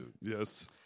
Yes